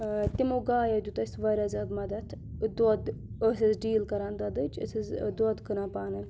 تِمو گاوو دیُٚت اَسہِ واریاہ زیادٕ مَدَد دۄد أسۍ ٲسۍ ڈیٖل کَران دۄدٕچ أسۍ ٲسۍ دۄد کٕنان پانہٕ